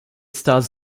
stars